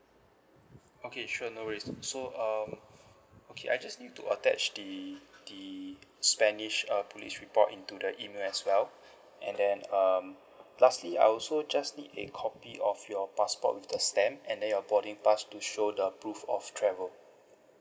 okay sure no worries so um okay I just need you to attach the the spanish uh police report into the email as well and then um lastly I also just need a copy of your passport with the stamp and then your boarding pass to show the proof of travel